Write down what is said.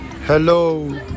hello